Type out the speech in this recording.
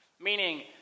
meaning